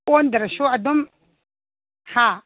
ꯑꯣꯟꯗ꯭ꯔꯁꯨ ꯑꯗꯨꯝ ꯍꯥ